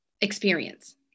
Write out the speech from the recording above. experience